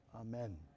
Amen